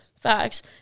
Facts